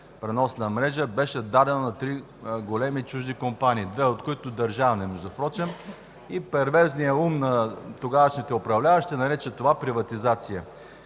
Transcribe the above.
преносна мрежа беше дадена на три големи чужди компании, две от които държавни, и перверзният ум на тогавашните управляващи нарече това „приватизация”.